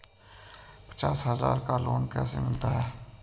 पचास हज़ार का लोन कैसे मिलता है?